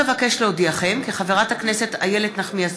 עוד אבקש להודיעכם כי חברת הכנסת איילת נחמיאס